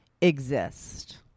exist